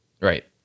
right